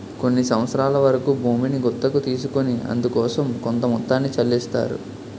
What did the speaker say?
కొన్ని సంవత్సరాల వరకు భూమిని గుత్తకు తీసుకొని అందుకోసం కొంత మొత్తాన్ని చెల్లిస్తారు